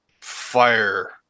fire